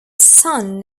son